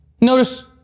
Notice